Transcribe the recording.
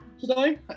today